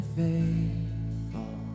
faithful